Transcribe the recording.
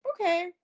okay